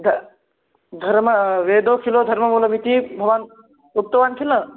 the धर्म वेदोखिलो धर्ममूलमिति भवान् उक्तवान् किल